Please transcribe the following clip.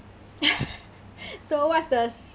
so what's the